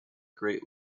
great